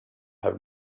have